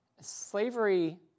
Slavery